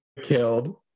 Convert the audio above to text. killed